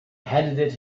handed